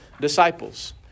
disciples